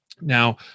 Now